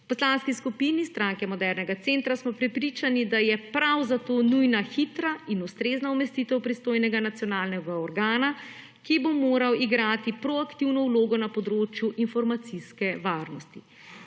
V Poslanski skupini Stranke Modernega centra smo prepričani, da je prav zato nujna hitra in ustrezna umestitev pristojnega nacionalnega organa, ki bo moral igrati proaktivno vlogo na področju informacijske varnosti.